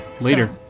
Later